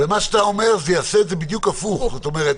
מה שאתה אומר יעשה את זה בדיוק הפוך - זאת אומרת